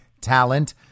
talent